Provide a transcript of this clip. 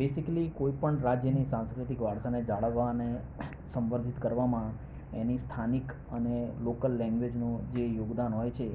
basically કોઈ પણ રાજ્યની સાંસ્કૃતિક વારસાને જાળવવા અને સંવર્ધિત કરવામાં એની સ્થાનિક અને લોકલ લેન્ગ્વેજનો જે યોગદાન હોય છે